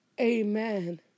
Amen